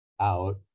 out